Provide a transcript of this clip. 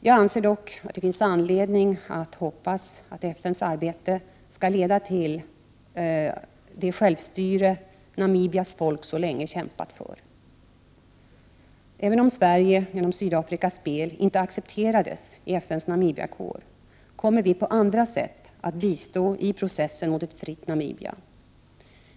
Jag anser dock att det finns anledning att hoppas att FN:s arbete skall leda till den självstyrelse som Namibias folk så länge har kämpat för. Även om Sverige, till följd av Sydafrikas spel, inte accepterades i FN:s Namibiakår, kommer Sverige att på andra sätt att bistå i processen mot ett fritt Namibia.